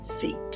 feet